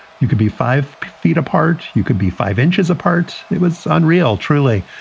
you could be five feet apart. you could be five inches apart. it was unreal, truly.